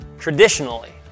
Traditionally